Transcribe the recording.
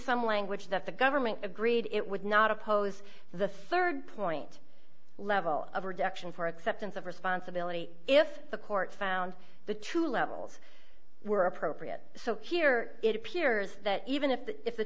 some language that the government agreed it would not oppose the rd point level of production for acceptance of responsibility if the court found the two levels were appropriate so here it appears that even if the